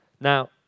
Now